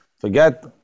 Forget